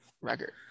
record